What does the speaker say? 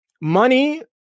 money